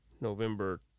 November